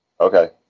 okay